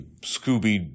Scooby